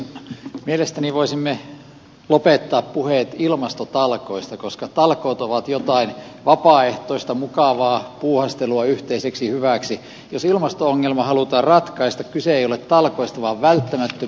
mielestäni voisimme lopettaa puheet ilmastotalkoista koska talkoot ovat jotain vapaaehtoista mukavaa puuhastelua yhteiseksi hyväksi jos ilmasto ongelma haluta ratkaista kyse ei ole palkoista vaan välttämätön